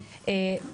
אריאל.